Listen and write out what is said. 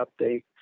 update